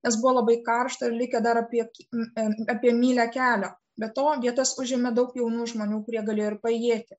nes buvo labai karšta ir likę dar apie kiek apie mylią kelio be to vietas užėmė daug jaunų žmonių kurie galėjo ir paėjėti